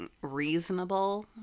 reasonable